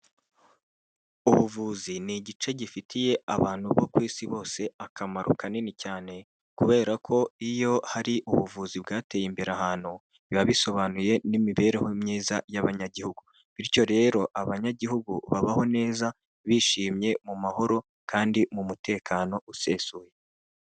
Ubuvuzi ni igice gifitiye abantu bo ku isi bose akamaro kanini cyane, kubera ko iyo hari ubuvuzi bwateye imbere ahantu, biba bisobanuye n'imibereho myiza y'abanyagihugu, bityo rero abanyagihugu babaho neza bishimye mu mahoro, kandi mu mutekano usesuye.